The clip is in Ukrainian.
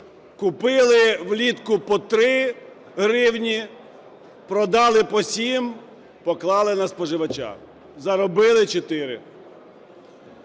Купили влітку по 3 гривні, продали по 7 – поклали на споживача, заробили 4.